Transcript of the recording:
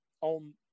on